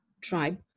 Tribe